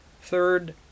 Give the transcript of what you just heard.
Third